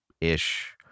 ish